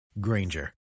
Granger